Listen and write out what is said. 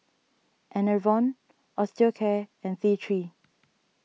Enervon Osteocare and fee three